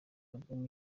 album